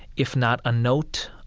if not a note,